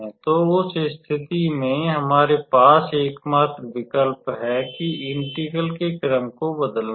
तो उस स्थिति में हमारे पास एकमात्र विकल्प है कि इंटेग्रल के क्रम को बदलना है